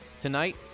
tonight